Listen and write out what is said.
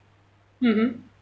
mmhmm